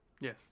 Yes